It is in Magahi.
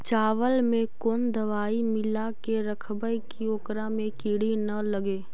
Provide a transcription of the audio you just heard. चावल में कोन दबाइ मिला के रखबै कि ओकरा में किड़ी ल लगे?